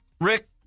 Rick